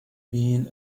been